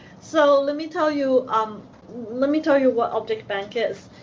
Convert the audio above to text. so, let me tell you um let me tell you what objectbank is.